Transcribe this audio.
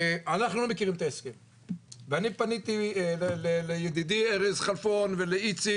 אנחנו לא מכירים את ההסכם ואני פניתי לידידי ארז חלפון ולאיציק,